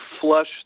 flush